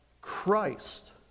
Christ